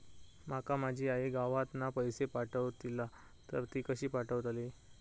माका माझी आई गावातना पैसे पाठवतीला तर ती कशी पाठवतली?